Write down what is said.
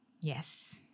Yes